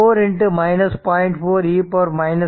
4 e 5 t 1